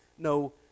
no